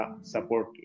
support